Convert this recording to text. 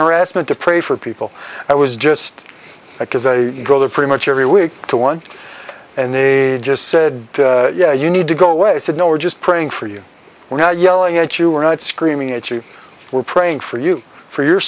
harassment to pray for people i was just like as i go there pretty much every week to one and they just said yeah you need to go away said no we're just praying for you we're not yelling at you we're not screaming at you we're praying for you for your